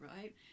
right